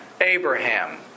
Abraham